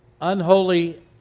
unholy